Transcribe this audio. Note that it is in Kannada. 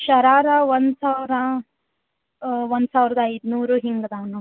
ಶರಾರ ಒಂದು ಸಾವಿರ ಒಂದು ಸಾವಿರದ ಐದುನೂರು ಹಿಂಗೆ ಅದಾವೆ ನೋಡಿ ರೀ